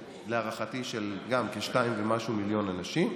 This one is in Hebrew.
להערכתי גם סדר גודל של 2 ומשהו מיליון אנשים,